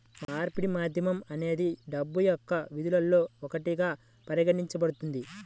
మార్పిడి మాధ్యమం అనేది డబ్బు యొక్క విధుల్లో ఒకటిగా పరిగణించబడుతుంది